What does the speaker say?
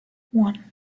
one